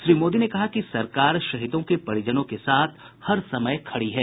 श्री मोदी ने कहा कि सरकार शहीदों के परिजनों के साथ हर समय खड़ी है